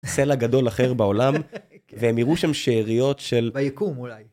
סלע גדול אחר בעולם והם יראו שם שאריות של... ביקום אולי.